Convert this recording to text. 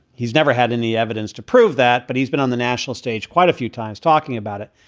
he's never had any evidence to prove that, but he's been on the national stage quite a few times talking about it.